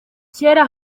kera